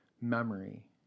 Memory